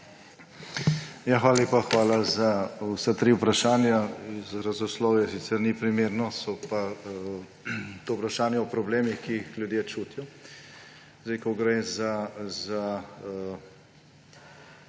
Hvala za vsa tri vprašanja. Izrazoslovje sicer ni primerno, so pa to vprašanja o problemih, ki jih ljudje čutijo. Ko gre za